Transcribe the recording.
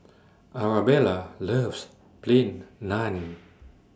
Arabella loves Plain Naan